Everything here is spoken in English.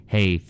Hey